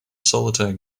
solitaire